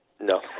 No